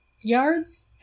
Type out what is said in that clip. yards